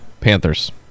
Panthers